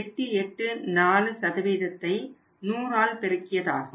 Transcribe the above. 884ஐ 100ஆல் பெருக்கியதாகும்